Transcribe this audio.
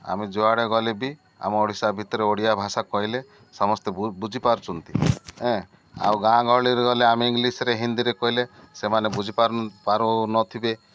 ଆମେ ଯୁଆଡ଼େ ଗଲେ ବି ଆମ ଓଡ଼ିଶା ଭିତରେ ଓଡ଼ିଆ ଭାଷା କହିଲେ ସମସ୍ତେ ବୁଝିପାରୁଛନ୍ତି ଆଉ ଗାଁ ଗହଳିରେ ଗଲେ ଆମେ ଇଂଲିଶ୍ରେ ହିନ୍ଦୀରେ କହିଲେ ସେମାନେ ବୁଝି ପାରୁନଥିବେ